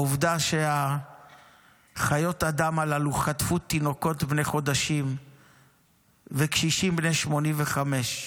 העובדה שחיות האדם הללו חטפו תינוקות בני חודשים וקשישים בני 85,